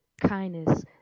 Kindness